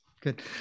Good